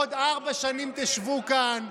בעוד ארבע שנים תשבו כאן.